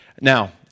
Now